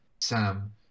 Sam